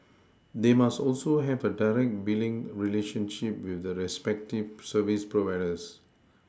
they must also have a direct Billing relationship with the respective service providers